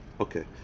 Okay